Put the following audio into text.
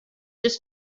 just